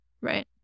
right